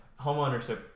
homeownership